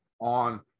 on